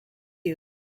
you